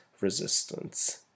resistance